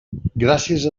gràcies